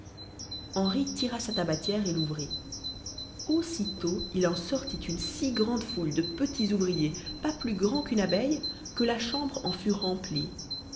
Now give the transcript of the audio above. henri tira sa tabatière et l'ouvrit aussitôt il en sortit une si grande foule de petits ouvriers pas plus grands qu'une abeille que la chambre en fut remplie